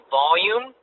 volume